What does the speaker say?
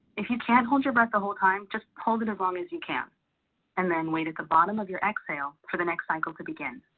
if you can't hold your breath the whole time, just hold it as long as you can and then wait at the bottom of your exhale for the next cycle to begin.